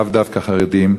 לאו דווקא חרדים,